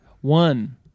One